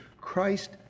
Christ